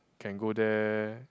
can go there